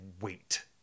wait